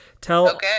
Tell